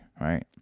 right